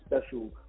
special